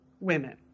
women